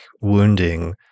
wounding